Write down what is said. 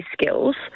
skills